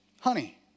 Honey